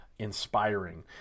Inspiring